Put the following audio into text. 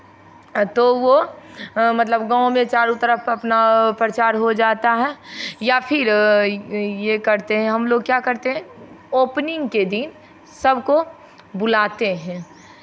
तो वो मतलब गाँव में चारों तरफ अपना प्रचार हो जाता है या फिर ये करते हैं हम लोग क्या करते हैं ओपनिंग के दिन सबको बुलाते हैं